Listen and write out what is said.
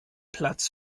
platz